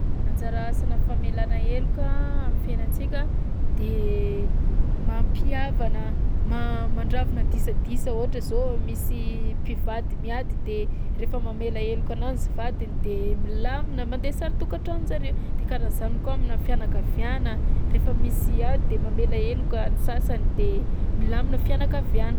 Anjara asanà famelana heloka am'fiainantsika de mampihavana ma- mandravona disadisa ohatra zao misy mpivady miady de rehefa mamela heloka ananzy vadiny de milamina mandeha sara tokantranon'jareo, de karahan'zany koa aminà fianakaviàna rehefa misy ady de mamela heloka ny sasany de milamina fianakaviàna.